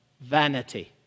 Vanity